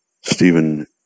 Stephen